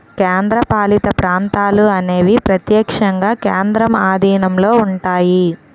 కేంద్రపాలిత ప్రాంతాలు అనేవి ప్రత్యక్షంగా కేంద్రం ఆధీనంలో ఉంటాయి